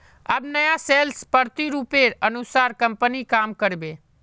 अब नया सेल्स प्रतिरूपेर अनुसार कंपनी काम कर बे